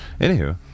anywho